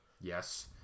Yes